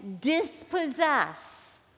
dispossess